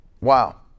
Wow